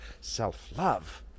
Self-love